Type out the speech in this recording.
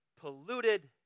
polluted